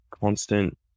constant